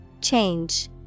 Change